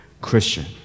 Christian